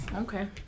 Okay